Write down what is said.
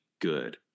good